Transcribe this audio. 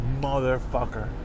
motherfucker